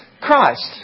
Christ